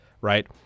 Right